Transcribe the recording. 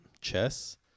chess